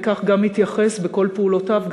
וכך גם התייחס בכל פעולותיו,